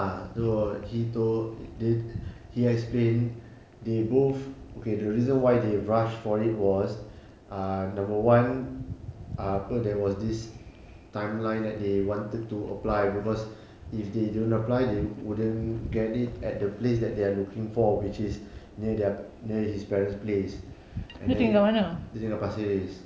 ah so he told they he explain they both okay the reason why they rush for it was ah number one ah apa there was this timeline that they wanted to apply because if they don't apply they wouldn't get it at the place that they are looking for which is near their near his parents' place and then dia tinggal pasir ris